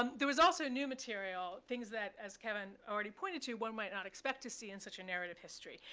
um there was also new material, things that, as kevin already pointed to, one might not expect to see in such a narrative history.